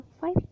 five